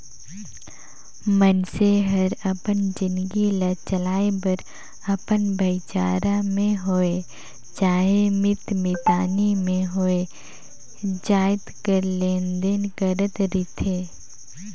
मइनसे हर अपन जिनगी ल चलाए बर अपन भाईचारा में होए चहे मीत मितानी में होए जाएत कर लेन देन करत रिथे